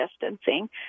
distancing